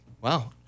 Wow